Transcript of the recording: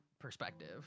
perspective